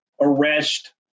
arrest